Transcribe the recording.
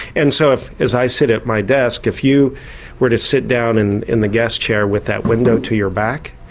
and so as i sit at my desk, if you were to sit down in in the guest chair with that window to your back,